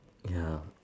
ya